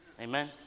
Amen